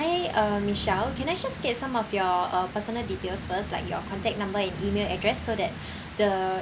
hi uh michelle can I just get some of your uh personal details first like your contact number and email address so that the